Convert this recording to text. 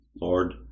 Lord